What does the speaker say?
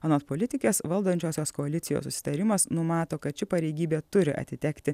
anot politikės valdančiosios koalicijos susitarimas numato kad ši pareigybė turi atitekti